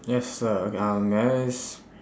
yes sir okay um may I s~